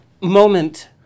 moment